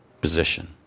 position